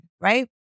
right